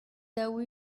daou